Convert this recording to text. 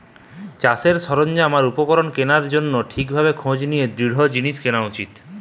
চাষের সরঞ্জাম আর উপকরণ কেনার লিগে ঠিক ভাবে খোঁজ নিয়ে দৃঢ় জিনিস কেনা উচিত